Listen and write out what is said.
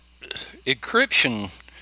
encryption